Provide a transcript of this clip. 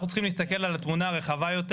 אנחנו צריכים להסתכל על התמונה הרחבה יותר